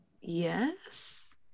Yes